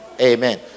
Amen